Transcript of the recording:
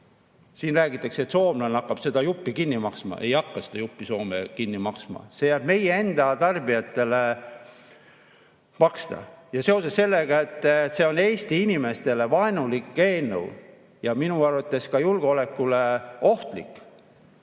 Siin räägitakse, et soomlane hakkab seda juppi kinni maksma. Ei hakka seda juppi Soome kinni maksma, see jääb meie enda tarbijatele maksta. Seoses sellega, et see on Eesti inimestele vaenulik eelnõu ja minu arvates ohtlik